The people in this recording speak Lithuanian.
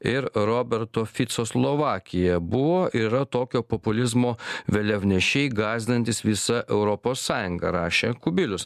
ir roberto fico slovakija buvo yra tokio populizmo vėliavnešiai gąsdinantys visa europos sąjunga rašė kubilius